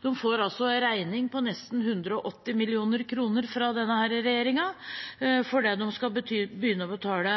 – får en regning på nesten 180 mill. kr fra denne regjeringen fordi de skal begynne å betale